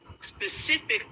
specific